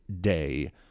Day